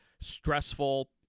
stressful